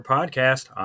Podcast